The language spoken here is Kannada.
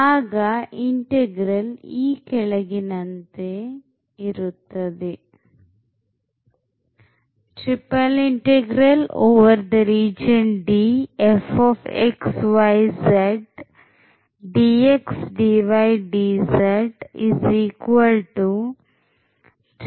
ಆಗ integral ಈ ಕೆಳಗಿನಂತೆ ಲಭ್ಯವಾಗುತ್ತದೆ